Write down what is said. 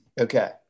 Okay